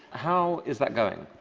how is that going?